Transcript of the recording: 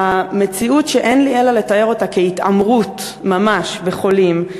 מציאות שאין לי אלא לתאר אותה כהתעמרות ממש בחולים,